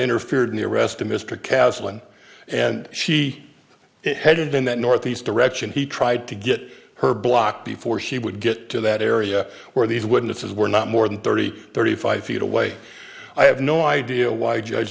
interfered in the arrest of mr castle and and she headed in that northeast direction he tried to get her block before he would get to that area where these witnesses were not more than thirty thirty five feet away i have no idea why judge